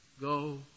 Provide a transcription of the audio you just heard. go